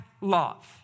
love